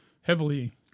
heavily